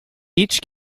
each